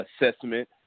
assessment